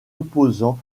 opposant